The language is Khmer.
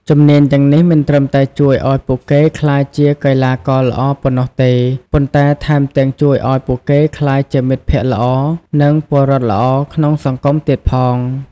ជំនាញទាំងនេះមិនត្រឹមតែជួយឱ្យពួកគេក្លាយជាកីឡាករល្អប៉ុណ្ណោះទេ ប៉ុន្តែថែមទាំងជួយឱ្យពួកគេក្លាយជាមិត្តភក្តិល្អ និងពលរដ្ឋល្អក្នុងសង្គមទៀតផង។